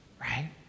right